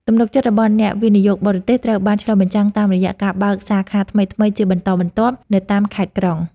ទំនុកចិត្តរបស់អ្នកវិនិយោគបរទេសត្រូវបានឆ្លុះបញ្ចាំងតាមរយៈការបើកសាខាថ្មីៗជាបន្តបន្ទាប់នៅតាមខេត្តក្រុង។